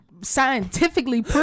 Scientifically